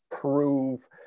prove